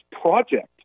project